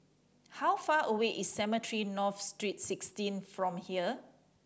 how far away is Cemetry North Street Sixteen from here